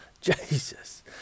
Jesus